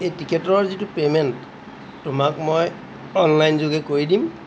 এই টিকেটৰ যিটো পে'মেণ্ট তোমাক মই অনলাইনযোগে কৰি দিম